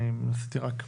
אני ניסיתי רק,